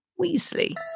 Weasley